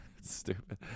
Stupid